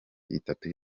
itatu